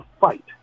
fight